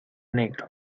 negro